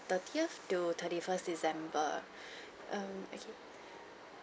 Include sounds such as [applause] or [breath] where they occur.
thirtieth to thirty first december [breath] um okay